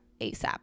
ASAP